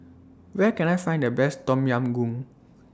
Where Can I Find The Best Tom Yam Goong